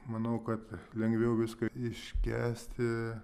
manau kad lengviau viską iškęsti